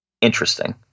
interesting